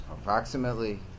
approximately